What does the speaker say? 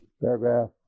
paragraph